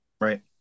Right